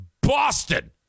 Boston